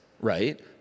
right